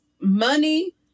money